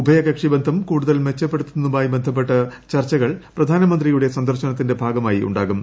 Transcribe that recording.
ഉഭയകക്ഷി ബന്ധം കൂടുതൽ മെച്ചപ്പെടുത്തുന്നതുമായി ബന്ധപ്പെട്ട് ചർച്ചകൾ പ്രധാനമന്ത്രിയുടെ സന്ദർശനത്തിന്റെ ഭ്യാഗ്മായി ഉണ്ടാകും